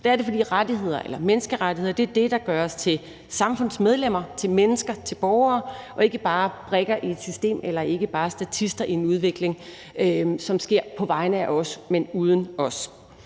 det er det, fordi rettigheder – eller menneskerettigheder – er det, der gør os til samfundsmedlemmer, til mennesker, til borgere og ikke bare til brikker i et system eller statister i en udvikling, som sker på vegne af os, men uden os.